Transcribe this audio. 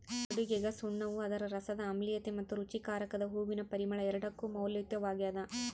ಅಡುಗೆಗಸುಣ್ಣವು ಅದರ ರಸದ ಆಮ್ಲೀಯತೆ ಮತ್ತು ರುಚಿಕಾರಕದ ಹೂವಿನ ಪರಿಮಳ ಎರಡಕ್ಕೂ ಮೌಲ್ಯಯುತವಾಗ್ಯದ